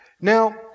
Now